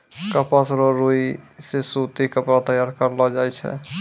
कपास रो रुई से सूती कपड़ा तैयार करलो जाय छै